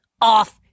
off